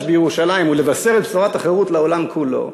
בירושלים ולבשר את בשורת החירות לעולם כולו,